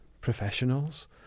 professionals